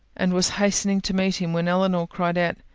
and was hastening to meet him, when elinor cried out,